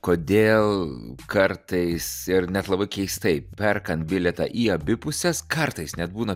kodėl kartais ir net labai keistai perkant bilietą į abi puses kartais net būna